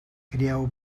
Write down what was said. crieu